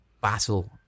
battle